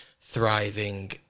thriving